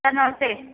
sir नमस्ते